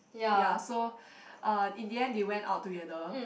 ya so uh in the end they went out together